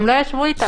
הם לא ישבו אתם בכלל.